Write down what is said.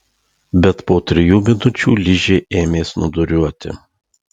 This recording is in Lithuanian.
bet po trijų minučių ližė ėmė snūduriuoti